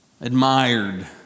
admired